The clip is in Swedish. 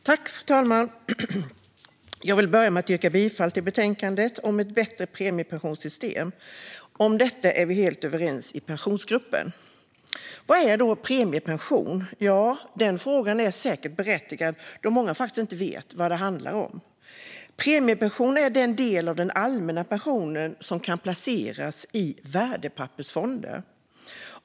Fru talman! Jag vill börja med att yrka bifall till förslaget i betänkandet om ett bättre premiepensionssystem. Om detta är vi helt överens i Pensionsgruppen. Vad är då premiepension? Den frågan är säkert berättigad då många faktiskt inte vet vad det handlar om. Premiepensionen är den del av den allmänna pensionen som kan placeras i värdepappersfonder.